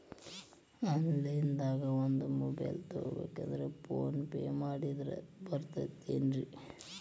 Online ದಾಗ ಒಂದ್ mobile ತಗೋಬೇಕ್ರಿ ಫೋನ್ ಪೇ ಮಾಡಿದ್ರ ಬರ್ತಾದೇನ್ರಿ?